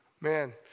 man